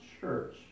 church